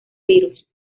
virus